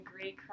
great